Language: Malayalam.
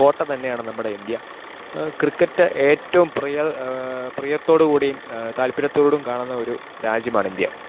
കോട്ട തന്നെയാണ് നമ്മുടെ ഇന്ത്യ ക്രിക്കറ്റ് ഏറ്റവും പ്രിയ പ്രിയത്തോട് കൂടിയും താൽപ്പര്യത്തോടും കാണുന്ന ഒരു രാജ്യമാണ് ഇന്ത്യ